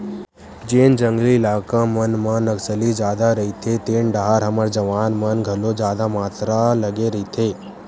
जेन जंगली इलाका मन म नक्सली जादा रहिथे तेन डाहर हमर जवान मन घलो जादा मातरा लगे रहिथे